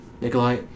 Nikolai